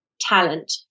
talent